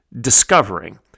discovering